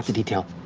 detail.